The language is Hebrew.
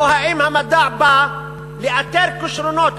או האם המדע בא לאתר כישרונות?